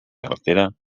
carretera